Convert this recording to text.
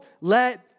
let